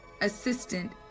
assistant